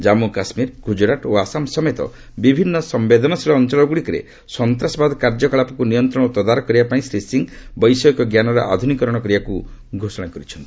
ଜାମ୍ମୁ କାଶ୍କୀର ଗୁଜରାଟ ଓ ଆସାମ୍ ସମେତ ବିଭିନ୍ନ ସମ୍ଭେଦନଶୀଳ ଅଞ୍ଚଳଗୁଡ଼ିକରେ ସନ୍ତାସବାଦ କାର୍ଯ୍ୟକଳାପକୁ ନିୟନ୍ତ୍ରଣ ଓ ତଦାରଖ କରିବା ପାଇଁ ଶ୍ରୀ ସିଂହ ବୈଷୟିକଜ୍ଞାନର ଆଧୁନିକରଣ କରିବାକୁ ଘୋଷଣା କରିଛନ୍ତି